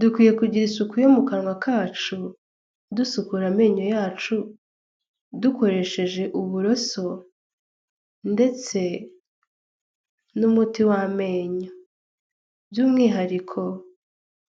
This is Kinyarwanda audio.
Dukwiye kugira isuku yo mu kanwa kacu; dusukura amenyo yacu; dukoresheje uburoso ndetse n'umuti w'amenyo; by'umwihariko